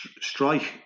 strike